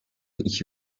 iki